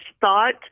thought